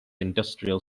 industrial